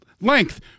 Length